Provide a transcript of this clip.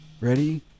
Ready